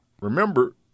Remember